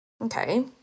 Okay